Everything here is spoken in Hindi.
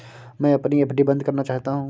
मैं अपनी एफ.डी बंद करना चाहता हूँ